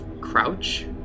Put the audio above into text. crouch